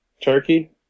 Turkey